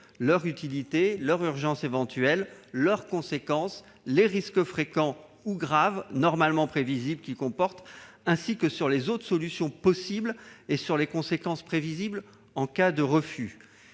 leur utilité, leur urgence éventuelle, leurs conséquences, les risques fréquents ou graves normalement prévisibles qu'ils comportent ainsi que sur les autres solutions possibles et sur les conséquences prévisibles en cas de refus